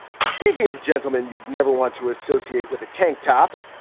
speaking of gentlemen, you'd never want to associate with a tank top.